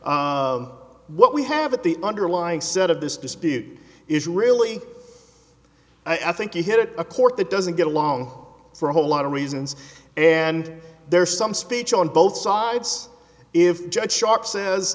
what we have at the underlying set of this dispute is really i think you hit a court that doesn't get along for a whole lot of reasons and there's some speech on both sides if judge sharp says